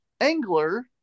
angler